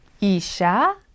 isha